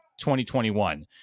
2021